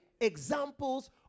examples